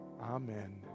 amen